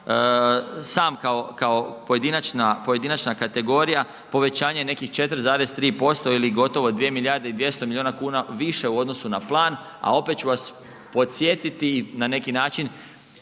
sam kao pojedinačna kategorija povećanje nekih 4,3% ili gotovo 2 milijarde i 200 milijuna kuna više u odnosu na plan. A opet ću vas podsjetiti na neki način